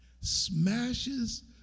smashes